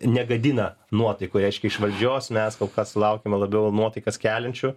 negadina nuotaikų reiškia iš valdžios mes kol kas laukiame labiau nuotaikas keliančių